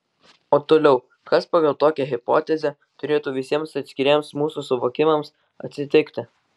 o toliau kas pagal tokią hipotezę turėtų visiems atskiriems mūsų suvokimams atsitikti